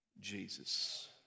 Jesus